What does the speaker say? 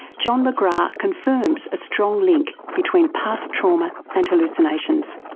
john mcgrath confirms a strong link between past trauma and hallucinations.